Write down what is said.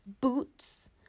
boots